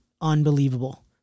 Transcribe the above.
unbelievable